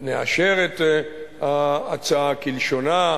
נאשר את ההצעה כלשונה,